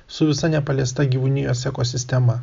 su visa nepaliesta gyvūnijos ekosistema